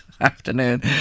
afternoon